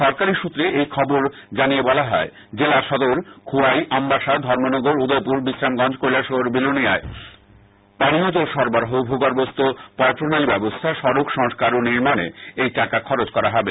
সরকারী সূত্রে এই খবর জানিয়ে বলা হয় জেলা সদর খোয়াই আমবাসা ধর্মনগর উদয়পুর বিশ্রামগঞ্জ কৈলাসহর ও বিলোনীয়ায় পানীয় জল সরবরাহ ভূ গর্ভস্থ পয়প্রণালী ব্যবস্থা সড়ক সংস্কার ও নির্মাণে এই টাকা খরচ করা হবে